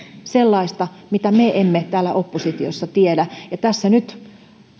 sellaista mitä me emme täällä oppositiossa tiedä ja tässä nyt